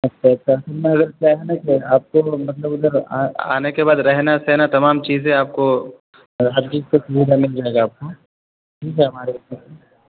اچھا اچھا آپ کو مطلب ادھر آنے کے بعد رہنا سہنا تمام چیزیں آپ کو ہر چیز آپ کو ٹھیک ہے ہمارے